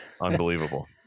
unbelievable